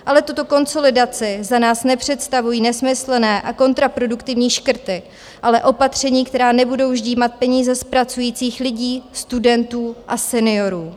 Ale tuto konsolidaci za nás nepředstavují nesmyslné a kontraproduktivní škrty, ale opatření, která nebudou ždímat peníze z pracujících lidí, studentů a seniorů.